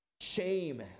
Shame